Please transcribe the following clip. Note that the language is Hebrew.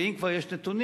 ואם כבר יש נתונים,